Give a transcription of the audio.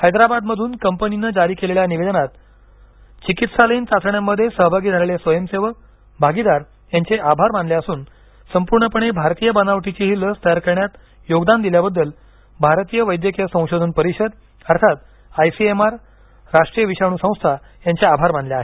हैदराबादमधून कंपनीनं जारी केलेल्या निवेदनात क्लिनिकल चाचण्यांमध्ये सहभागी झालेले स्वयंसेवक भागीदार यांचे आभार मानले असूनसंपूर्णपणे भारतीय बनावटीची ही लस तयार करण्यात योगदान दिल्याबद्दल भारतीय वैद्यकीय संशोधन परिषद अर्थात आयसीएमआर राष्ट्रीय विषाणू संस्था यांचे आभार मानले आहेत